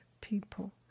people